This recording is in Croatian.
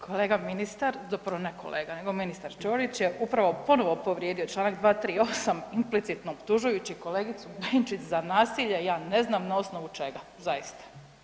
Kolega ministar, zapravo ne kolega nego ministar Ćorić je upravo ponovo povrijedio čl. 238. implicitno optužujući kolegicu Benčić za nasilje, ja ne znam na osnovu čega zaista?